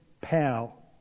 pal